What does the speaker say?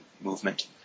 movement